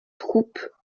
troupe